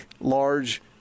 large